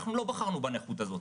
אנחנו לא בחרנו בנכות הזאת.